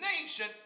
nation